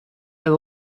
and